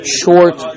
short